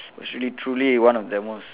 was really truly one of the most